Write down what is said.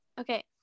Okay